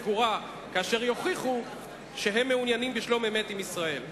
סגורה כאשר יוכיחו שהם מעוניינים בשלום-אמת עם ישראל.